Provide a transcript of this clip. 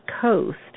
coast